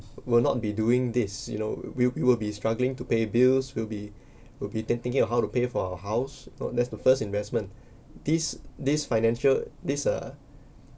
will not be doing this you know we’ll we’ll be struggling to pay bills will be will be thinking of how to pay for our house cau~ that's the first investment this this financial this uh